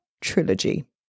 Trilogy